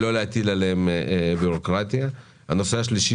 הנושא השלישי